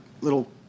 little